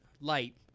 light